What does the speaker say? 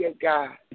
God